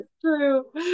true